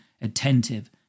attentive